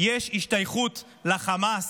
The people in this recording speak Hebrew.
יש השתייכות לחמאס,